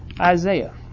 Isaiah